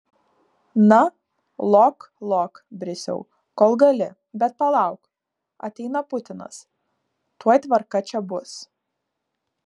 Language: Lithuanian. na lok lok brisiau kol gali bet palauk ateina putinas tuoj tvarka čia bus